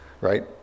right